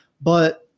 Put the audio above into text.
But-